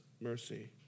mercy